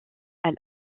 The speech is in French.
elle